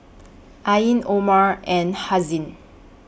Ain Omar and Haziq